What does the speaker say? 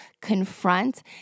confront